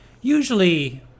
Usually